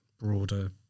broader